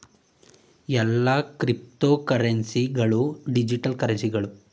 ಎಲ್ಲಾ ಕ್ರಿಪ್ತೋಕರೆನ್ಸಿ ಗಳು ಡಿಜಿಟಲ್ ಕರೆನ್ಸಿಗಳು